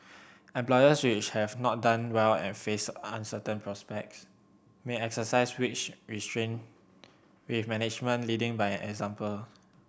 employers which have not done well and face uncertain prospects may exercise wage restraint with management leading by example